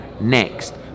next